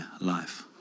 life